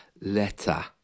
letter